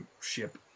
ship